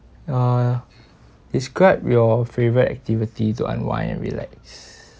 uh describe your favourite activity to unwind and relax